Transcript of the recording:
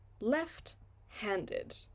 left-handed